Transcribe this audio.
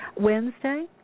Wednesday